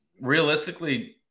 realistically